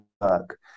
work